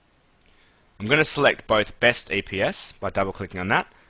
i'm going to select both best eps by double clicking on that.